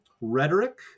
rhetoric